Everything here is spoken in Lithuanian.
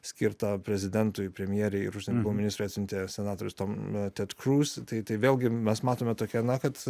skirtą prezidentui premjerei ir užsienio reikalų ministrui atsiuntė senatorius tom ted kruz tai tai vėlgi mes matome tokią ną kad